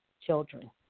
children